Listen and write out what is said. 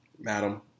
madam